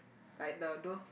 like the those